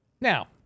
Now